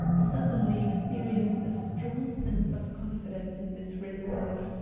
suddenly experienced a strong sense of confidence in this reserved,